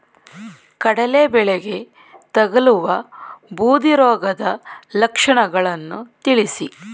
ಕಡಲೆ ಬೆಳೆಗೆ ತಗಲುವ ಬೂದಿ ರೋಗದ ಲಕ್ಷಣಗಳನ್ನು ತಿಳಿಸಿ?